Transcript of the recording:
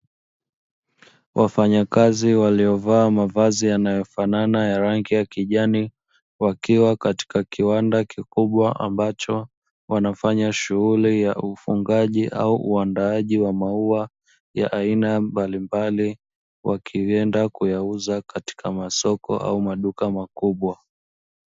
Wafanyakazi waliovaa mavazi yanayofanana ya rangi ya kijani, wakiwa katika kiwanda kikubwa ambacho wanafanya shughuli ya ufungaji au uandaaji wa maua, ya aina mbalimbali. Wakienda kuyauza katika masoko au maduka makubwa.